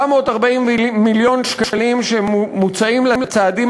440 מיליון שקלים שמוצאים על הצעדים